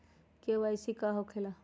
KYC का होला?